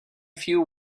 few